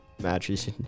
matches